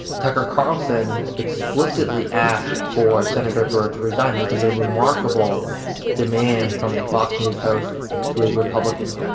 tucker carlson explicitly asked for senator byrd to resign, which is a remarkable demand from a fox news host to a republican,